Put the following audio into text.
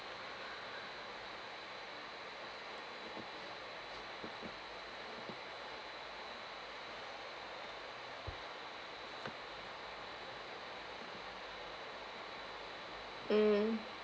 mm